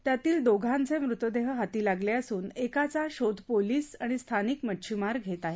त्यातील दोघांचे मृतदेह हाती लागले असून एकाचा शोध पोलीस आणि स्थानिक मच्छिमार घेत आहेत